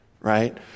right